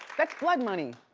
that's blood money.